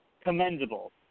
Commendable